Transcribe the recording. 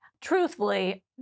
Truthfully